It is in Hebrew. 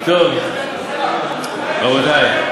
טוב, רבותי.